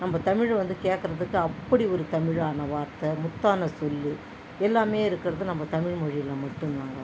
நம்ம தமிழ் வந்து கேக்கிறதுக்கு அப்படி ஒரு தமிழான வார்த்தை முத்தான சொல் எல்லாம் இருக்கறது நம்ம தமிழ் மொழியில் மட்டும்தாங்க